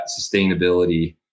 sustainability